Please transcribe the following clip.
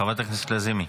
חברת הכנסת לזימי.